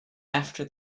after